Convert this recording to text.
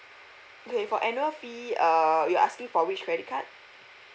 okay for annual fee err you asking for which credit card